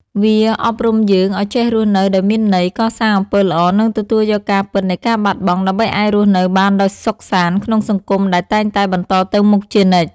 វាអប់រំយើងឲ្យចេះរស់នៅដោយមានន័យ កសាងអំពើល្អ និងទទួលយកការពិតនៃការបាត់បង់ ដើម្បីអាចរស់នៅបានដោយសុខសាន្តក្នុងសង្គមដែលតែងតែបន្តទៅមុខជានិច្ច។